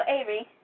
Avery